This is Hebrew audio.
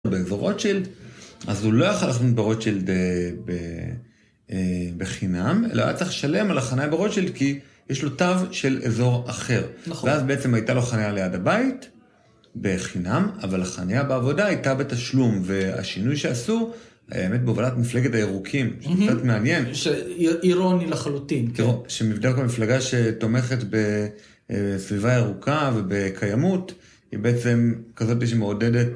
באזור רוטשילד, אז הוא לא יכול לחנות ברוטשילד בחינם, אלא היה צריך לשלם על החניה ברוטשילד כי יש לו תו של אזור אחר, ואז בעצם הייתה לו חניה ליד הבית בחינם אבל החניה בעבודה הייתה בתשלום והשינוי שעשו היה באמת בהובלת מפלגת הירוקים, שקצת מעניין, שאירוני לחלוטין שמוגדרת כמפלגה שתומכת בסביבה ירוקה ובקיימות היא בעצם כזאת שמעודדת